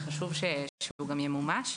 וחשוב שהוא גם ימומש.